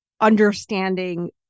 understanding